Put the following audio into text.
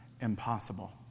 impossible